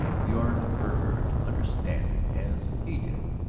yearned for her to understand it as he did.